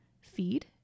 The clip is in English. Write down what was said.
feed